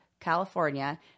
California